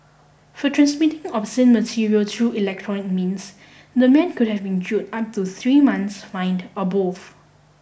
for transmitting obscene material through electronic means the man could have been jailed up to three months fined or both